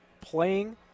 playing